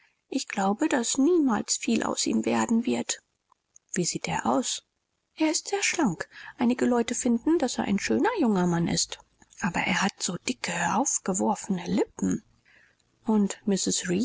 ich glaube daß niemals viel aus ihm werden wird wie sieht er aus er ist sehr schlank einige leute finden daß er ein schöner junger mann ist aber er hat so dicke aufgeworfene lippen und